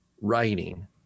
writing